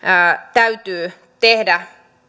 täytyy tehdä